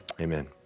Amen